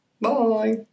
Bye